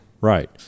Right